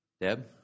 Deb